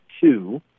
two